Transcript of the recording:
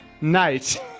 night